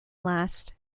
last